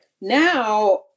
now